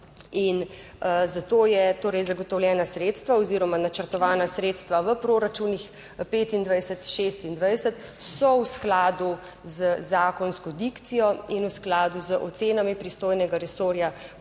in za to je torej zagotovljena sredstva oziroma načrtovana sredstva v proračunih 2025, 2026 so v skladu z zakonsko dikcijo in v skladu z ocenami pristojnega resorja, koliko